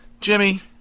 Jimmy